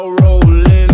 rolling